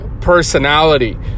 personality